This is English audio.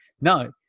no